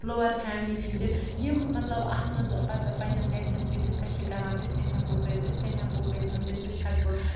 lower family ہِنٛدۍ تہِ یِم مطلب اَتھ منٛز پَتہٕ پنٛنٮ۪ن گَرِکٮ۪ن سۭتۍ ڈِسکَس چھِ کَران یِتھ کَنۍ ہٮ۪کو کٔرِتھ یِتھ کَنۍ ہٮ۪کو کٔرِتھ تَمہِ سۭتۍ ہٮ۪کہٕ بہٕ